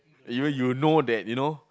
even you know that you know